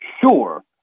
sure